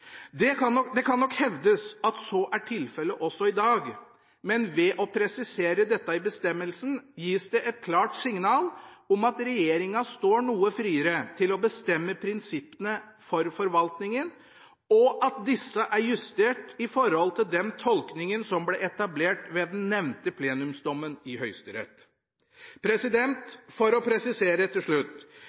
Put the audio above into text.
Det kan nok hevdes at så er tilfellet også i dag, men ved å presisere dette i bestemmelsen gis det et klart signal om at regjeringa står noe friere til å bestemme prinsippene for forvaltningen, og at disse er justert i forhold til den tolkningen som ble etablert ved den nevnte plenumsdommen i Høyesterett. For å presisere til slutt: